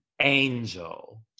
Angel